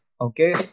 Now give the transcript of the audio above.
Okay